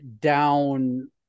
down